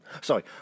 Sorry